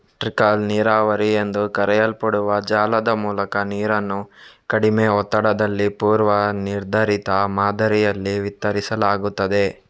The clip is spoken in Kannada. ಟ್ರಿಕಲ್ ನೀರಾವರಿ ಎಂದು ಕರೆಯಲ್ಪಡುವ ಜಾಲದ ಮೂಲಕ ನೀರನ್ನು ಕಡಿಮೆ ಒತ್ತಡದಲ್ಲಿ ಪೂರ್ವ ನಿರ್ಧರಿತ ಮಾದರಿಯಲ್ಲಿ ವಿತರಿಸಲಾಗುತ್ತದೆ